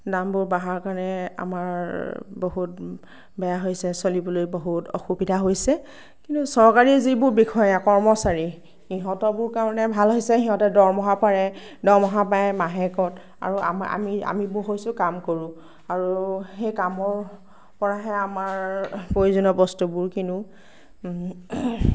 দামবোৰ বঢ়াৰ কাৰণে আমাৰ বহুত বেয়া হৈছে চলিবলৈ বহুত অসুবিধা হৈছে কিন্তু চৰকাৰী যিবোৰ বিষয়া কৰ্মচাৰী সিহঁতৰবোৰ কাৰণে ভাল হৈছে সিহঁতে দৰমহা পাৰে দৰমহা পায় মাহেকত আৰু আমি আমি আমিবোৰ হৈছো কাম কৰোঁ আৰু সেই কামৰ পৰাহে আমাৰ প্ৰয়োজনীয় বস্তুবোৰ কিনোঁ